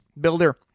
builder